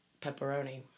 pepperoni